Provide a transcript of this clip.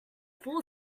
full